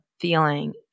feeling